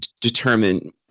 determine